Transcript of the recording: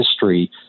history